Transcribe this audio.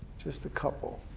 just a couple.